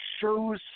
shows